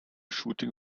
shooting